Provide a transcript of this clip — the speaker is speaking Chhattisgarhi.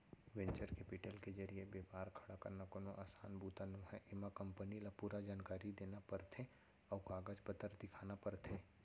वेंचर केपिटल के जरिए बेपार खड़ा करना कोनो असान बूता नोहय एमा कंपनी ल पूरा जानकारी देना परथे अउ कागज पतर दिखाना परथे